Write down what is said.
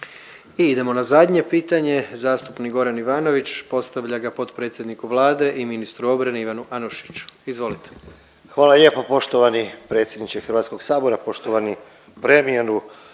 idemo na zadnje pitanje. Zastupnik Goran Ivanović postavlja ga potpredsjedniku Vlade i ministru obrane Ivanu Anušiću. Izvolite. **Ivanović, Goran (HDZ)** Hvala lijepo poštovani predsjedniče Hrvatskog sabora, poštovani premijeru,